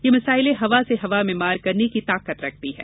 ये मिसाइलें हवा से हवा में मार करने की ताकत रखती हैं